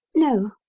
no,